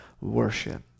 worship